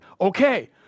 Okay